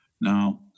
Now